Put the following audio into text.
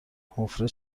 حفره